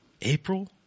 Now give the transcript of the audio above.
April